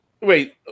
wait